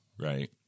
right